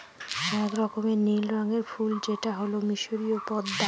এক রকমের নীল রঙের ফুল যেটা হল মিসরীয় পদ্মা